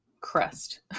Crest